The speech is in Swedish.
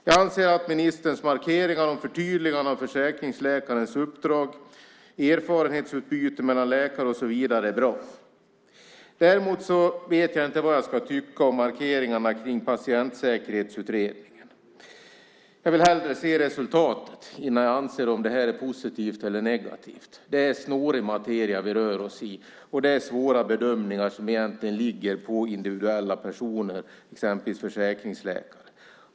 Jag anser att ministerns markeringar om förtydligande av försäkringsläkares uppdrag, om erfarenhetsutbyte mellan läkare och så vidare är bra. Däremot vet jag inte vad jag ska tycka om markeringarna kring Patientsäkerhetsutredningen. Jag vill se resultat innan jag har en åsikt om huruvida det är positivt eller negativt. Det är snårig materia vi rör oss i, och det är svåra bedömningar som egentligen ligger på individuella personer, exempelvis försäkringsläkare.